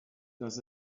does